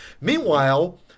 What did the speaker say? Meanwhile